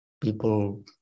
people